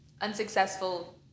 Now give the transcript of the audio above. Unsuccessful